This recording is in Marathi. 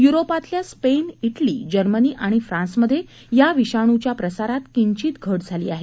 युरोपातल्या स्पेन ईटली जर्मनी आणि फ्रान्समध्ये या विषाणूच्या प्रसारात किंचित घट झाली आहे